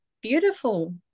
beautiful